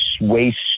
waste